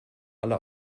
alle